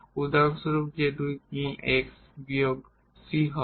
উদাহরণস্বরূপ যে দুই গুণ x বিয়োগ c হবে